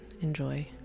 Enjoy